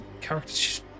character